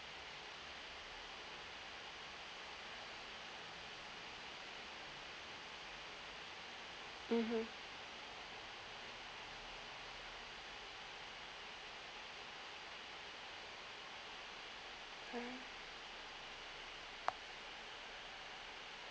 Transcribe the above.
mmhmm